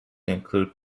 include